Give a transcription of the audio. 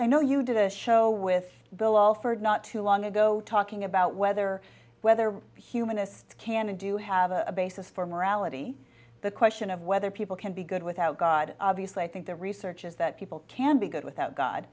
i know you did a show with bill alford not too long ago talking about whether whether humanist can and do have a basis for morality the question of whether people can be good without god obviously i think the research is that people can be good without god